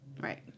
right